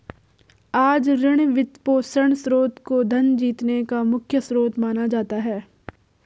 आज ऋण, वित्तपोषण स्रोत को धन जीतने का मुख्य स्रोत माना जाता है